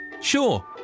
Sure